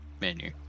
Menu